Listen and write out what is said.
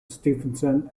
stephenson